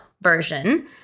version